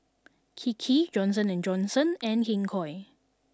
Kiki Johnson and Johnson and King Koil